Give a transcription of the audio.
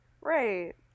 Right